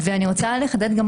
ואני רוצה לחדד גם